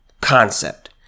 concept